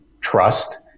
trust